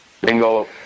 bingo